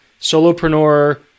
solopreneur